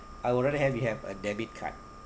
I would rather have we have a debit card